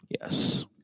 Yes